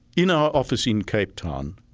in our office in cape town,